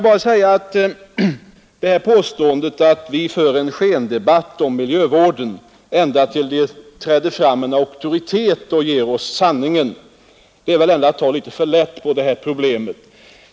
Att påstå att vi för en skendebatt om miljövården ända tills en auktoritet träder fram och ger oss sanningen, det är väl ändå att ta litet för lätt på det här problemet.